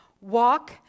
Walk